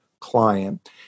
client